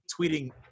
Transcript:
tweeting